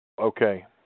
Okay